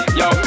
yo